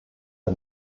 der